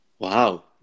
Wow